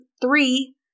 three